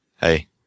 Hey